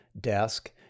desk